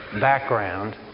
background